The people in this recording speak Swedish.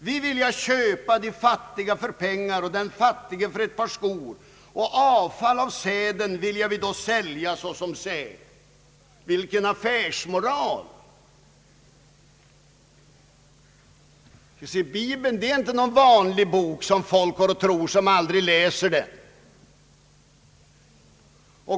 Då vilja vi köpa de arma för penningar och den fattige för ett par skor; och avfall av säden vilja vi då sälja såsom säd.» Vilken affärsmoral! Bibeln är ingen vanlig bok, vilket folk tror som aldrig läser den.